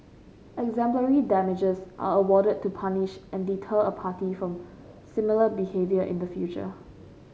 exemplary damages are awarded to punish and deter a party from similar behaviour in the future